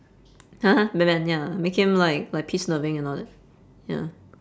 !huh! batman ya make him like like peace loving and all that ya